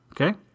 Okay